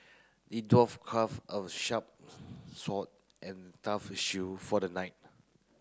the dwarf craft a sharp sword and tough shield for the knight